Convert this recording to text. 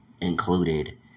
included